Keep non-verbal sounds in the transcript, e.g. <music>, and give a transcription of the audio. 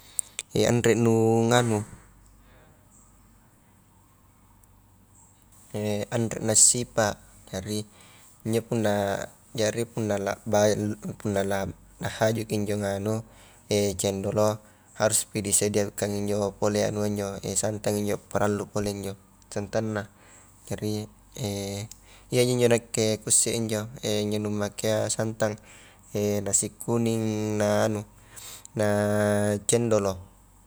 <hesitation> anre nu nganu, <hesitation> anre na sipa, jari injo punna jari punna la bayu punna la haju injo nganu <hesitation> cendolo, haruspi disediakan injo pole anua injo, <hesitation> satan injo parallu pole injo, santanna jari <hesitation> iyaji injo nakke kuisse injo, <hesitation> anu makea santan, <hesitation> nasi kuning na anu na cendolo.